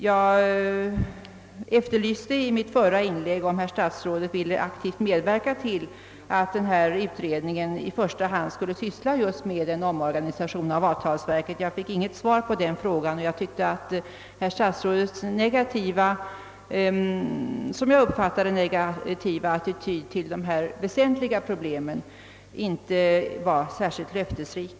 Jag efterlyste i mitt föregående inlägg, om herr statsrådet aktivt ville medverka till att denna utredning i första hand skulle syssla med en omorganisation av avtalsverket. Jag fick inget svar på denna fråga och jag tyckte att herr statsrådets, såsom jag uppfattade det, negativa attityd till detta väsentliga problem inte var särskilt löftesrik.